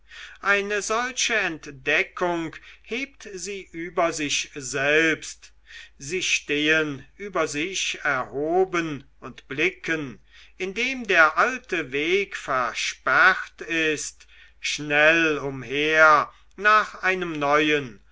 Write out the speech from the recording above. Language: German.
eine solche entdeckung hebt sie über sich selbst sie stehen über sich erhoben und blicken indem der alte weg versperrt ist schnell umher nach einem neuen